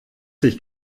sich